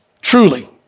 Truly